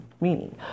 Meaning